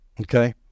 Okay